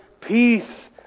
peace